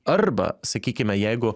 arba sakykime jeigu